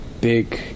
big